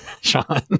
Sean